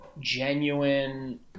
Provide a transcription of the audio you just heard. genuine